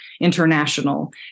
international